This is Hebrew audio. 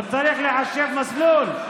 הוא צריך לחשב מסלול.